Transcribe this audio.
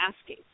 asking